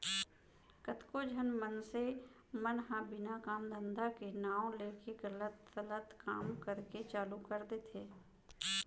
कतको झन मनसे मन ह बिना काम धंधा के नांव लेके गलत सलत काम करे के चालू कर देथे